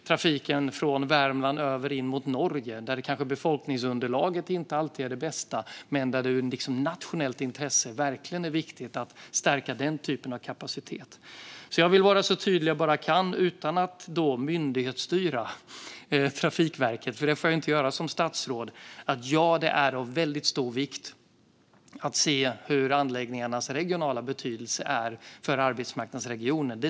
Trafiken från Värmland till Norge är ett sådant. Befolkningsunderlaget är kanske inte alltid det bästa, men ur nationellt intresse är det verkligen viktigt att stärka kapaciteten där. Jag vill vara så tydlig jag kan utan att myndighetsstyra Trafikverket. Det får jag som statsråd ju inte göra. Ja, det är av väldigt stor vikt att se på anläggningarnas regionala betydelse för arbetsmarknadsregionen.